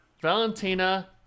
Valentina